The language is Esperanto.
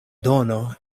dono